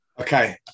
okay